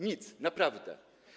Nic, naprawdę.